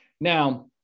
Now